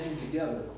together